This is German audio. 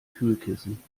kühlkissen